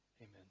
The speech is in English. Amen